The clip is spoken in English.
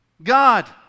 God